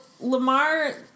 Lamar